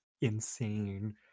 insane